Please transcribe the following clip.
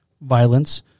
violence